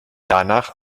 danach